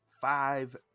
five